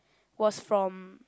was from